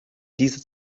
diese